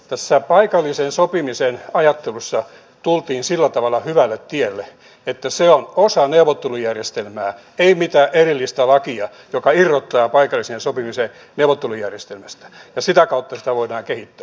tässä paikallisen sopimisen ajattelussa tultiin sillä tavalla hyvälle tielle että se on osa neuvottelujärjestelmää ei mitään erillistä lakia joka irrottaa paikallisen sopimisen neuvottelujärjestelmästä ja sitä kautta sitä voidaan kehittää